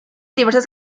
diversas